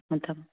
ꯊꯝꯃꯣ ꯊꯝꯃꯣ